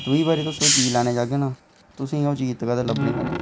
दूई बारी तुस ओह् चीज़ लैने गी जाह्गे ना ओह् चीज़ तुसेंगी लब्भनी गै नेईं